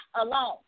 alone